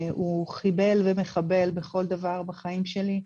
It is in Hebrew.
הוא חיבל ומחבל בכל דבר בחיים שלי,